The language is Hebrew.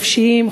נפשיים,